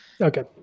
Okay